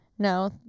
No